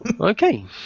Okay